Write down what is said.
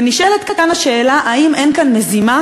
ונשאלת כאן השאלה: האם אין כאן מזימה,